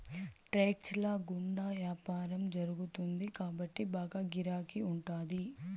trades ల గుండా యాపారం జరుగుతుంది కాబట్టి బాగా గిరాకీ ఉంటాది